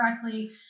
correctly